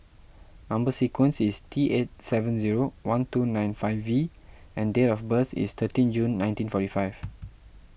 Number Sequence is T eight seven zero one two nine five V and date of birth is thirteen June nineteen forty five